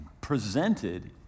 presented